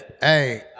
hey